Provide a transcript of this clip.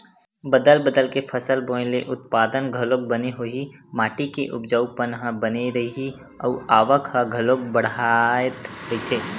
बदल बदल के फसल बोए ले उत्पादन घलोक बने होही, माटी के उपजऊपन ह बने रइही अउ आवक ह घलोक बड़ाथ रहीथे